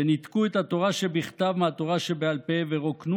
שניתקו את התורה שבכתב מהתורה שבעל פה ורוקנו